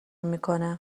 میکنه